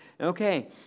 Okay